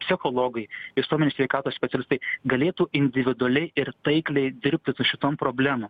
psichologai visuomenės sveikatos specialistai galėtų individualiai ir taikliai dirbti su šitom problemom